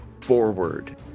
forward